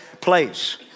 place